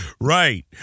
Right